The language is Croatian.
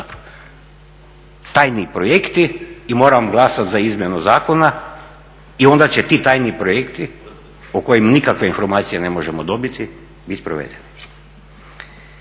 Tajni projekti i moram glasati za izmjenu zakona i onda će ti tajni projekti o kojima nikakve informacije ne možemo dobiti biti provedeni.